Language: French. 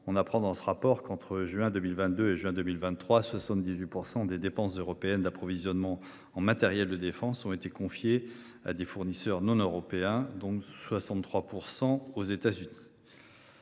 on apprend dans ce rapport qu’entre juin 2022 et juin 2023, 78 % des dépenses européennes d’approvisionnement en matériel de défense ont été confiées à des fournisseurs non européens, dont 63 % aux États Unis…